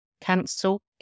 cancel